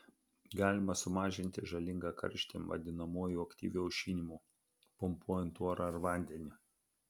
galima sumažinti žalingą karštį vadinamuoju aktyviu aušinimu pumpuojant orą ar vandenį